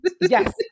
Yes